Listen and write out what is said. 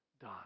die